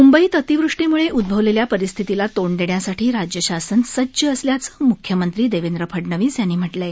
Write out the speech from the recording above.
म्ंबईत अतिवृष्टीम्ळे उद्भवलेल्या परिस्थितीला तोंड देण्यासाठी राज्य शासन सज्ज असल्याचं मुख्यमंत्री देवेंद्र फडनवीस यांनी म्हटलं आहे